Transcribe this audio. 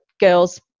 girls